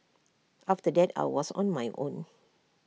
after that I was on my own